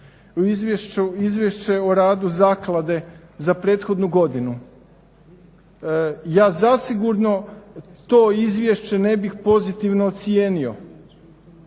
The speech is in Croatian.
Izvješće o radu Zaklade za prethodnu godinu. Ja zasigurno to izvješće ne bih pozitivno ocijenio.